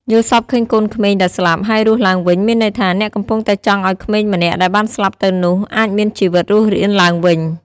យល់សប្តិឃើញកូនក្មេងដែលស្លាប់ ហើយរស់ឡើងវិញ មានន័យថា អ្នកកំពុងតែចង់ឲ្យក្មេងម្នាក់ ដែលបានស្លាប់ទៅនោះ អាចមានជីវិតរស់រានឡើងវិញ។